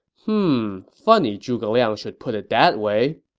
hmm, funny zhuge liang should put it that way.